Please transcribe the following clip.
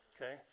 Okay